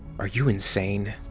are you insane?